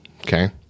okay